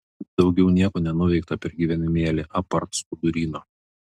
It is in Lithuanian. daugiau nieko nenuveikta per gyvenimėlį apart skuduryno